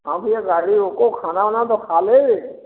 हाँ भैया गाड़ी रोको खाना वाना तो खा लें